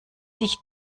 sich